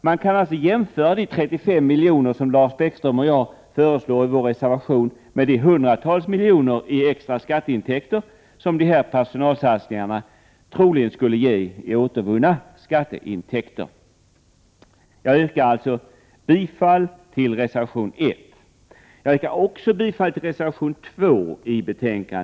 Man kan jämföra de 35 milj.kr. som Lars Bäckström och jag föreslår i vår reservation med de hundratals miljoner i extra skatteintäkter som de här personalsatsningarna troligen skulle ge i återvunna skatteintäkter. Jag yrkar alltså bifall till reservation 1. Jag yrkar också bifall till reservation 2.